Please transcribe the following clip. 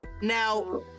Now